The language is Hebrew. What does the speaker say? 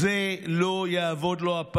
זה לא יעבוד לו הפעם.